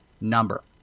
number